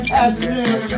afternoon